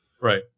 Right